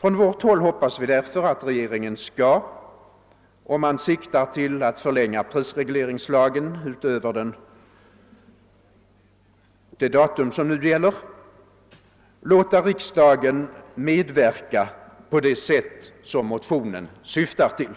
På vårt håll hoppas vi därför, att regeringen skall — om man siktar till att förlänga prisregleringslagen utöver det datum som nu gäller — låta riksdagen medverka på det sätt som motionen syftar till.